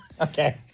okay